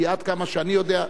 כי עד כמה שאני יודע,